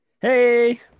Hey